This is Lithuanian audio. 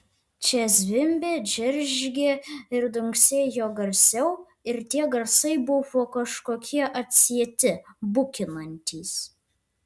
čia zvimbė džeržgė ir dunksėjo garsiau ir tie garsai buvo kažkokie atsieti bukinantys